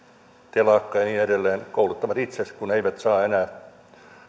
telakka ja niin edelleen kouluttavat itse kun eivät saa enää